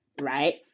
right